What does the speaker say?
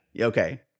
Okay